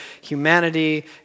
humanity